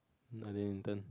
I didn't intern